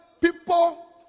people